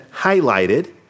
highlighted